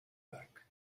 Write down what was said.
back